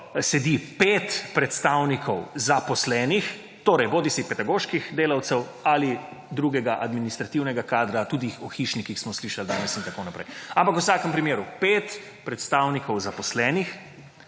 sedi pet predstavnikov zaposlenih torej bodisi pedagoških delavcev ali drugega administrativnega kadra tudi o hišnikih smo slišali danes in tako naprej, ampak v vsakem primeru pet predstavnikov zaposlenih,